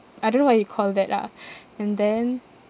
I don't know what you call that lah and then